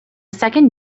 second